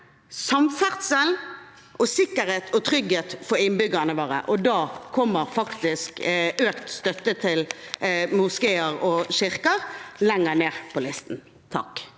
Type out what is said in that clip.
samferdsel, sikkerhet og trygghet for innbyggerne våre, og da kommer faktisk økt støtte til moskeer og kirker lenger ned på listen.